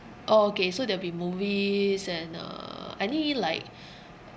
orh okay so there'll be movies and uh any like